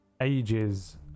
ages